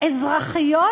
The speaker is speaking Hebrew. אזרחיות